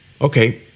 okay